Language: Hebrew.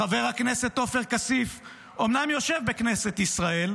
חבר הכנסת עופר כסיף אומנם יושב בכנסת ישראל,